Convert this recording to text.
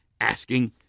asking